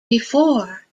before